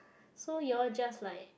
so your just like